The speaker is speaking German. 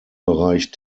bereich